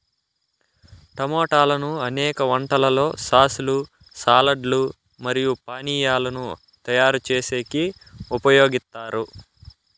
టమోటాలను అనేక వంటలలో సాస్ లు, సాలడ్ లు మరియు పానీయాలను తయారు చేసేకి ఉపయోగిత్తారు